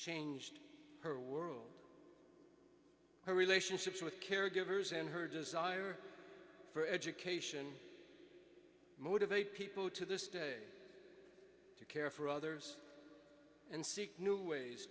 changed her world her relationships with caregivers in her desire for education we motivate people to this day to care for others and seek new ways